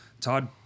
Todd